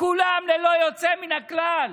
כולם ללא יוצא מן הכלל,